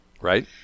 Right